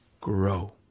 grow